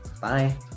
Bye